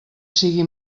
sigui